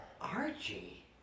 Archie